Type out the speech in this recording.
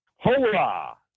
hola